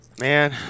man